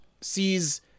sees